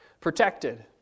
protected